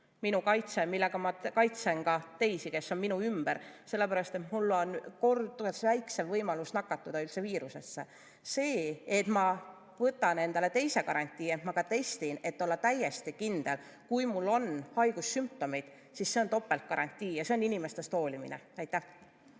minu kaitse, millega ma kaitsen ka teisi, kes on minu ümber, sellepärast et mul on kordades väiksem võimalus üldse nakatuda viirusega. See, et ma võtan endale teise garantii ja ka testin, et olla täiesti kindel, kui mul on haigussümptomid, on topeltgarantii ja see tähendab inimestest hoolimist. Aitäh